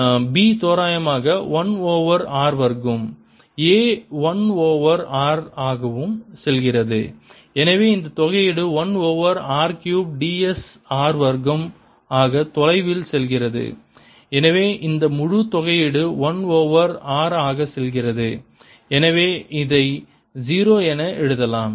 B தோராயமாக 1 over r வர்க்கம் A 1 over r ஆகவும் செல்கிறது எனவே இந்த தொகையீடு 1 over r cube ds r வர்க்கம் ஆக தொலைவில் செல்கிறது எனவே இந்த முழு தொகையீடு 1 ஓவர் r ஆக செல்கிறது எனவே இதை 0 என எழுதலாம்